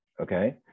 Okay